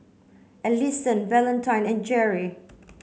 Ellison Valentine and Jerrie